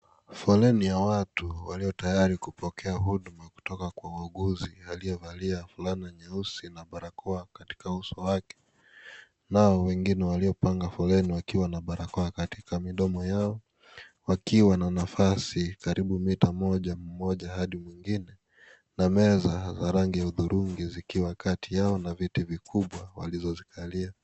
Foleni ya watu walio tayari kupokea huduma kutoka Kwa wauguzi aliyevalia fulana nyeusi na barakoa katika uso wake, nao wengine waliopanga foleni wakiwa na barakoa katika midomo yao wakiwa na nafasi karibu Mita moja, hadi mwingine na meza za rangi ya hudhurungi zikiwa Kati yao na viti vikubwa walizozikalia.